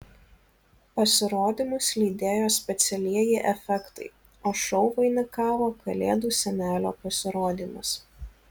pasirodymus lydėjo specialieji efektai o šou vainikavo kalėdų senelio pasirodymas